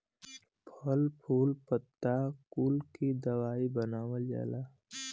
फल फूल पत्ता कुल के दवाई बनावल जाला